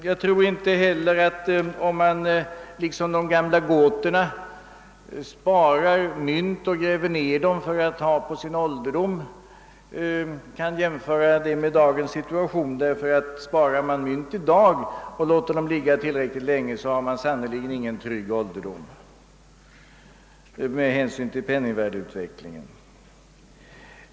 — Jag tror inte heller att man kan, liksom de gamla goterna, spara mynt och gräva ned dessa för att ha dem till hands för sin ålderdom; deras situation kan inte jämföras med dagens — sparar man mynt i dag och låter dem ligga tillräckligt länge har man sannerligen ingen trygg ålderdom med hänsyn till penningvärdeutvecklingen!